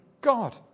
God